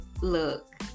look